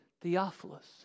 Theophilus